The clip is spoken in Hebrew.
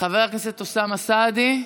חבר הכנסת אוסאמה סעדי,